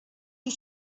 you